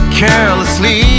carelessly